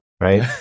right